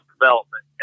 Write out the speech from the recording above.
development